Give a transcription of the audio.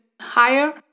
higher